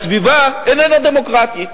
אבל גם העובדה שהסביבה אינה דמוקרטית,